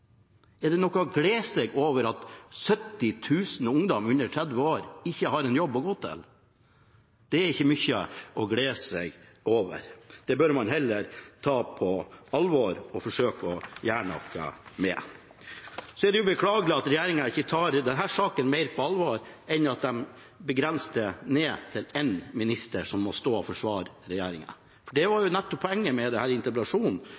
Er det noe å glede seg over at 70 000 ungdom under 30 år ikke har en jobb å gå til? Det er ikke mye å glede seg over. Det bør man heller ta på alvor og forsøke å gjøre noe med. Det er beklagelig at regjeringen ikke tar denne saken mer på alvor enn at de begrenser det til én minister som må stå og forsvare regjeringen. Poenget med denne interpellasjonen var